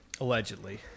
allegedly